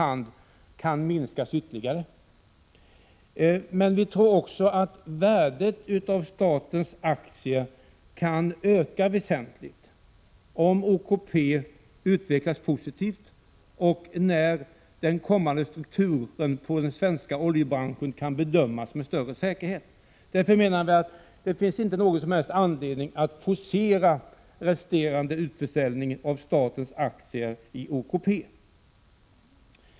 E FR k ; E tens aktier i OK Petrominskas ytterligare, men vi tror också att värdet av statens aktier kan stiga lar ÅB väsentligt, om OKP utvecklas positivt och när den kommande strukturen inom den svenska oljebranschen kan bedömas med större säkerhet. Därför menar vi att det inte finns någon som helst anledning att forcera resterande utförsäljning av statens aktier i OKP.